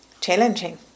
challenging